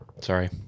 Sorry